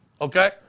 okay